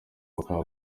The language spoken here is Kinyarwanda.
bakaba